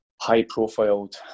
high-profiled